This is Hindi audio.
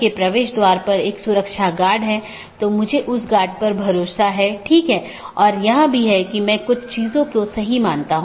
यह विज्ञापन द्वारा किया जाता है या EBGP वेपर को भेजने के लिए राउटिंग विज्ञापन बनाने में करता है